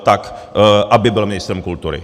Tak aby byl ministrem kultury.